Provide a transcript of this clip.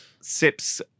sips